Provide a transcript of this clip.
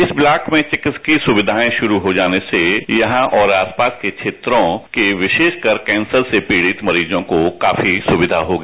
इस ब्लॉक में चिकित्सकीय सुविधाएं शुरू हो जाने से यहां और आसपास के क्षेत्रों के विरोषकर कैंसर से पीड़ित मरीजों को काफी सुविधा होगी